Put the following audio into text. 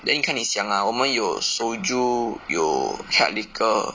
then 你看你想 ah 我们有 soju 有 hard liquor